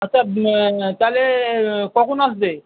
আচ্ছা তাহলে কখন আসবে